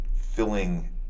filling